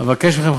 אבקש מכם,